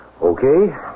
Okay